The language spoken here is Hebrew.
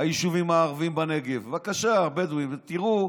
היישובים הערביים בנגב, הבדואיים, בבקשה, ותראו.